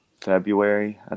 February